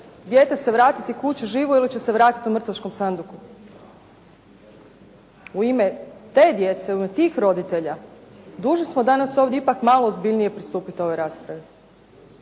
dijete se vratiti kući živo ili će se vratiti u mrtvačkom sanduku. U ime te djece, u ime tih roditelja dužni smo danas ovdje ipak malo ozbiljnije pristupiti ovoj raspravi,